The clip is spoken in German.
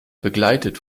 begleitet